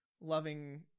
loving